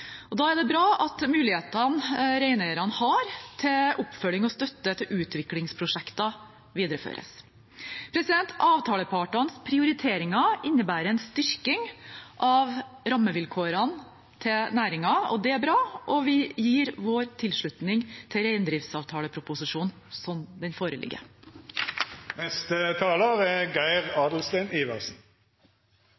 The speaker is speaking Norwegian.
Da er det bra at mulighetene reineierne har til oppfølging og støtte til utviklingsprosjekter, videreføres. Avtalepartenes prioriteringer innebærer en styrking av rammevilkårene til næringen. Det er bra, og vi gir vår tilslutning til reindriftsavtaleproposisjonen slik den foreligger. Jeg er